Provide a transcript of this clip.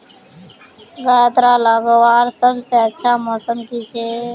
गन्ना लगवार सबसे अच्छा मौसम की छे?